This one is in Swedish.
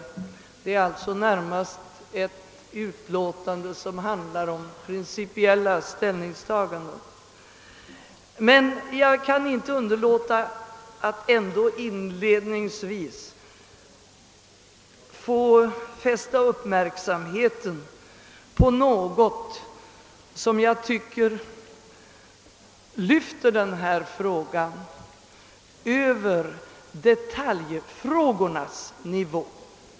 Det gäller alltså närmast ett utlåtande med principiella ställningstaganden. Men jag kan inte underlåta att inledningsvis fästa uppmärksamheten på något som jag tycker lyfter den här frågan över detaljfrågornas nivå.